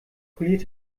poliert